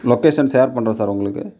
location share பண்ணுறேன் sir உங்களுக்கு